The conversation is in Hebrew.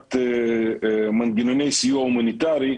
יצירת מנגנוני סיוע הומניטרי,